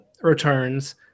returns